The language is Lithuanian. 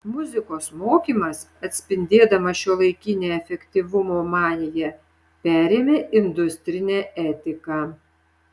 muzikos mokymas atspindėdamas šiuolaikinę efektyvumo maniją perėmė industrinę etiką